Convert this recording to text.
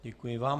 Děkuji vám.